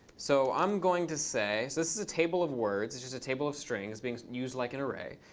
so i'm going to say so this is a table of words. it's just a table of strings being used like an array.